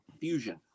fusion